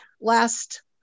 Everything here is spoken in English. last